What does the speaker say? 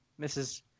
Mrs